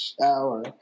shower